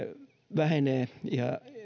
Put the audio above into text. vähenee ja